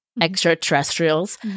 extraterrestrials